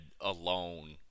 alone –